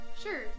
Sure